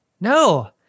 No